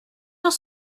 dans